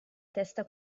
testa